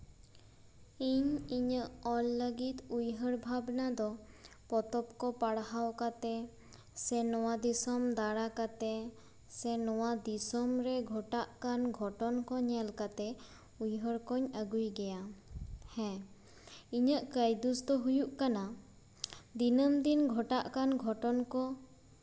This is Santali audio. ᱤᱧ ᱤᱧᱟᱹᱜ ᱚᱞ ᱞᱟᱹᱜᱤᱫ ᱩᱭᱦᱟᱹᱨ ᱞᱟᱹᱜᱤᱫ ᱫᱚ ᱯᱚᱛᱚᱵ ᱠᱚ ᱯᱟᱲᱦᱟᱣ ᱠᱟᱛᱮ ᱥᱮ ᱫᱤᱥᱚᱢ ᱫᱟᱬᱟ ᱠᱟᱛᱮ ᱥᱮ ᱱᱚᱣᱟ ᱫᱤᱥᱚᱢ ᱨᱮ ᱜᱷᱚᱴᱟᱜ ᱠᱟᱱ ᱜᱷᱚᱴᱟᱜ ᱠᱟᱱ ᱜᱷᱚᱴᱚᱱ ᱠᱚ ᱧᱮᱞ ᱠᱟᱛᱮ ᱩᱭᱦᱟᱹᱨ ᱠᱩᱧ ᱟᱜᱩᱭ ᱜᱮᱭᱟ ᱦᱮᱸ ᱤᱧᱟᱹᱜ ᱠᱟᱭᱫᱩᱥ ᱫᱚ ᱦᱩᱭᱩᱜ ᱠᱟᱱᱟ ᱫᱤᱱᱟᱹᱢ ᱫᱤᱱ ᱜᱷᱚᱴᱟᱜ ᱠᱟᱱ ᱜᱷᱚᱴᱚᱱ ᱠᱚ